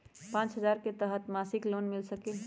पाँच हजार के तहत मासिक लोन मिल सकील?